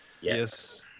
Yes